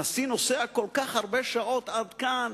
הנשיא נוסע כל כך הרבה שעות עד כאן,